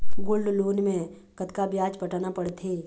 Gold loan मे कतका ब्याज पटाना पड़थे?